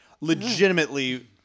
Legitimately